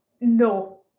No